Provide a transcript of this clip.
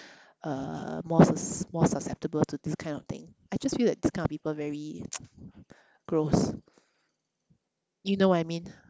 uh more s~ more susceptible to this kind of thing I just feel that this kind of people very gross you know what I mean